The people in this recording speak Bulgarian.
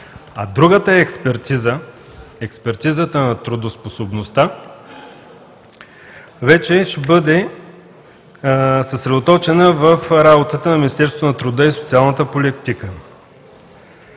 а другата експертиза – експертизата на трудоспособността, вече ще бъде съсредоточена в работата на Министерството на труда и социалната политика.